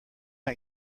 not